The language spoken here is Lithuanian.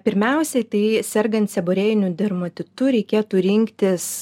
pirmiausiai tai sergant seborėjiniu dermatitu reikėtų rinktis